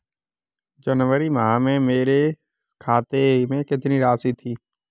जनवरी माह में मेरे खाते में कितनी राशि थी?